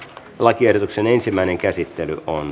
lakiehdotuksen ensimmäinen käsittely päättyi